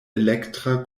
elektra